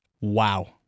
Wow